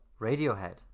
Radiohead